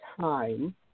Time